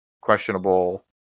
questionable